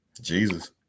Jesus